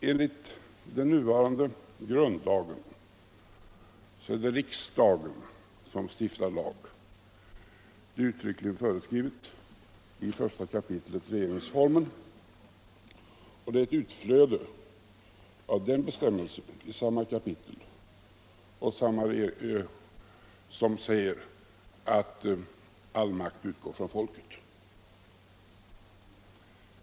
Enligt den nuvarande grundlagen är det riksdagen som stiftar lag. Det är uttryckligen föreskrivet i I kap. regeringsformen, och det är ett utflöde av den bestämmelse i samma kapitel som säger att all makt utgår från folket.